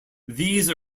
these